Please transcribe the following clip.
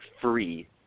free